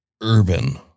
urban